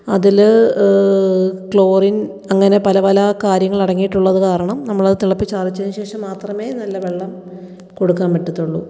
അതിൽ ക്ലോറിൻ അങ്ങനെ പല പല കാര്യങ്ങൾ അടങ്ങിയിട്ടുള്ളത് കാരണം നമ്മളത് തിളപ്പിച്ച് ആറിച്ചതിനു ശേഷം മാത്രമേ നല്ല വെള്ളം കൊടുക്കാൻ പറ്റത്തൊള്ളൂ